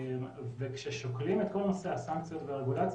וכששוקלים את כל נושא הסנקציות והרגולציה